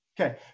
Okay